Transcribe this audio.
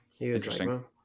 Interesting